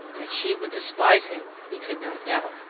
that she would despise him, he could not doubt,